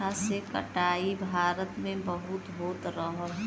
चरखा से कटाई भारत में बहुत होत रहल